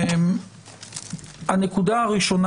הנקודה הראשונה,